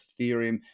Ethereum